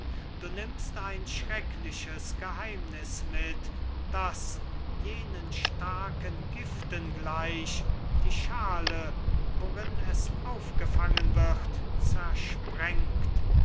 du nimmst ein schreckliches geheimnis mit das jenen starken giften gleich die schale worin es aufgefangen wird zersprengt